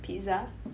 pizza